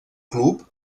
club